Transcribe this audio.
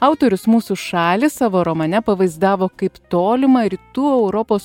autorius mūsų šalį savo romane pavaizdavo kaip tolimą rytų europos